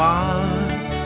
one